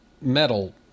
metal